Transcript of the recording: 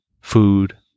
food